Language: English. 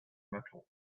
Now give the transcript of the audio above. metal